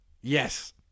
Yes